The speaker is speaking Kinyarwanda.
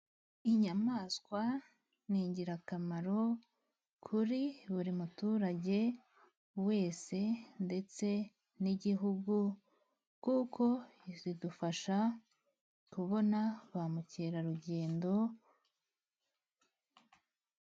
Inyamaswa n'ingirakamaro kuri buri muturage wese, ndetse n'igihugu, kuko zidufasha kubona bamukerarugendo.